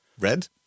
red